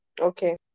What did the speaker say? Okay